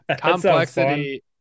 complexity